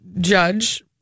judge